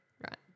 Right